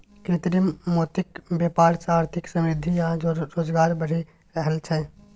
कृत्रिम मोतीक बेपार सँ आर्थिक समृद्धि आ रोजगार बढ़ि रहल छै